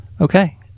Okay